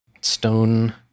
stone